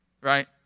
right